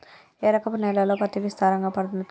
ఏ రకపు నేలల్లో పత్తి విస్తారంగా పండుతది?